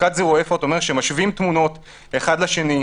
זה אומר שמשווים תמונות אחד לשני,